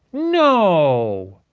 no,